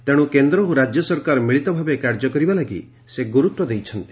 ତେଣୁ କେନ୍ଦ୍ର ଓ ରାଜ୍ୟ ସରକାର ମିଳିତ ଭାବେ କାର୍ଯ୍ୟ କରିବା ଲାଗି ସେ ଗୁରୁତ୍ୱ ଦେଇଛନ୍ତି